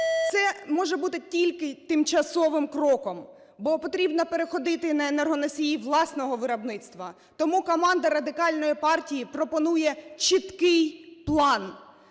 Це може бути тільки тимчасовим кроком, бо потрібно переходити на енергоносії власного виробництва. Тому команда Радикальної партії пропонує чіткий план.